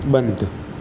બંધ